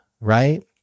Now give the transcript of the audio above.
Right